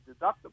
deductible